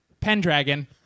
Pendragon